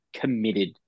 committed